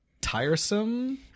tiresome